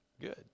Good